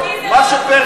הכנסת.